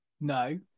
No